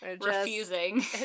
Refusing